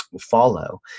follow